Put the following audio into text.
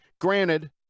Granted